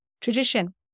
tradition